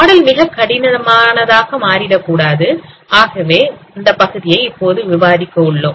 model மிகக் கடினமானதாக மாறிவிடக்கூடாது ஆகவே அந்த பகுதியை இப்போது விவாதிக்க உள்ளோம்